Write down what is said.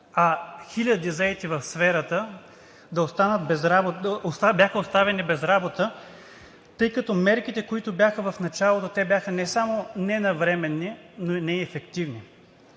а хиляди заети в сферата бяха оставени без работа, тъй като мерките, които бяха в началото, те бяха не само ненавременни, но и неефективни.